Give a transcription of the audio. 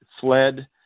fled